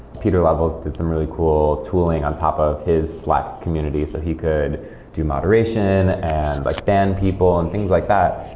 pieter levels did some really cool tooling on top of his slack community, so he could do moderation and like ban people and things like that.